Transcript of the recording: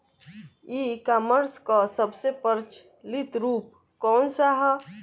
ई कॉमर्स क सबसे प्रचलित रूप कवन सा ह?